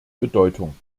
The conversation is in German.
bedeutung